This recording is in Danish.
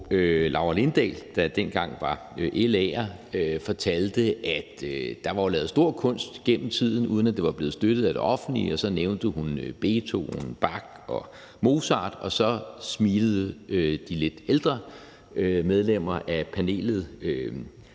Laura Lindahl, der dengang var LA'er, fortalte, at der jo var lavet stor kunst gennem tiden, uden at det var blevet støttet af det offentlige, og så nævnte hun Beethoven, Bach og Mozart, og så smilede de lidt ældre medlemmer af panelet